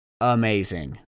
amazing